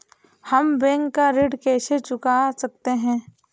हम बैंक का ऋण कैसे चुका सकते हैं?